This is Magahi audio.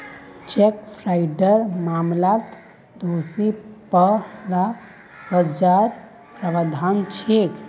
चेक फ्रॉडेर मामलात दोषी पा ल सजार प्रावधान छेक